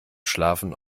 schlafen